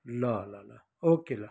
ल ल ल ओके ल